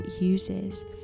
uses